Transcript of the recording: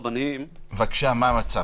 בבתי המשפט,